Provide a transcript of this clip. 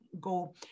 go